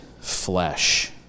flesh